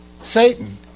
Satan